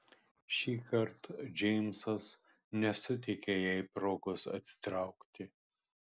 šįkart džeimsas nesuteikė jai progos atsitraukti